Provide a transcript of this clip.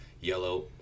yellow